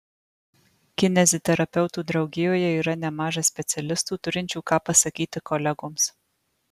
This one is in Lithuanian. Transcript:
kineziterapeutų draugijoje yra nemaža specialistų turinčių ką pasakyti kolegoms